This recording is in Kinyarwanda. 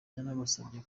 yanabasabye